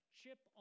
chip